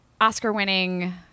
Oscar-winning